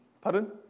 Pardon